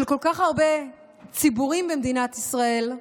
של כל כך הרבה ציבורים במדינת ישראל,